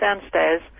downstairs